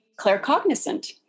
claircognizant